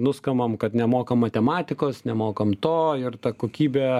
nuskambam kad nemokam matematikos nemokam to ir ta kokybė